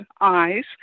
eyes